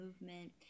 movement